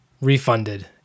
refunded